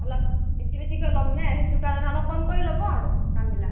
অলপমান বেছি বেছিকৈ ল'মনে সেইটো কাৰণে অলপ কম কৰি ল'ব আৰু দামবিলাক